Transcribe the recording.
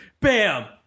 bam